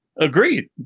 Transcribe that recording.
Agreed